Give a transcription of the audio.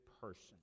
person